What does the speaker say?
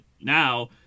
now